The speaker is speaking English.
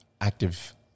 active